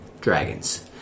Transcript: Dragons